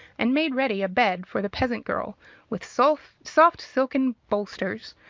and made ready a bed for the peasant girl with soft soft silken bolsters,